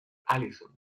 allison